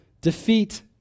defeat